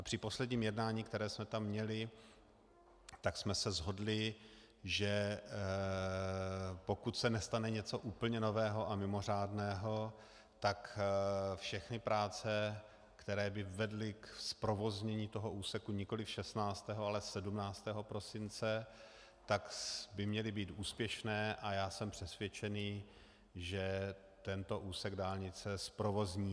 Při posledním jednání, které jsme tam měli, jsme se shodli, že pokud se nestane něco úplně nového a mimořádného, tak všechny práce, které by vedly ke zprovoznění toho úseku nikoliv 16., ale 17. prosince, tak by měly být úspěšné, a já jsem přesvědčený, že tento úsek dálnice zprovozníme.